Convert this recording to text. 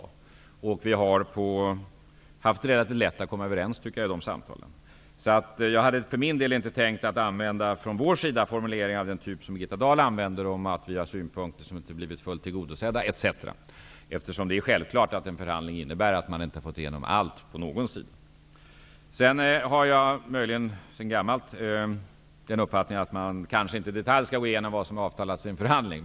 Jag tycker att vi har haft relativt lätt att komma överens i dessa samtal. Jag hade för min del från vår sida inte tänkt använda formuleringar av den typ som Birgitta Dahl använde om att vi har haft synpunkter som inte har blivit fullt tillgodosedda etc., eftersom det är självklart att en förhandling innebär att man inte har fått igenom allt från någon sida. Jag har möjligen sedan gammalt uppfattningen att man kanske inte i detalj skall gå igenom vad som har avtalats i en förhandling.